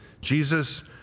Jesus